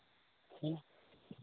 ᱦᱮᱸ